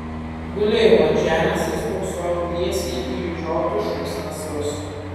gulėjau ant žemės ir spoksojau tiesiai į išžiotus šuns nasrus